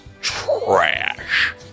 trash